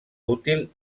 útil